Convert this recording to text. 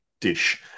dish